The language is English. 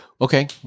Okay